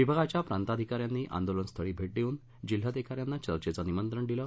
विभागाच्या प्रांताधिकाऱ्यानी आंदोलनस्थळी भेट देऊन जिल्ह्यांधिकाऱ्यांशी चर्चेचं निमंत्रण दिलं